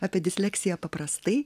apie disleksiją paprastai